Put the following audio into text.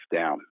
down